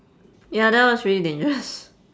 ya that was really dangerous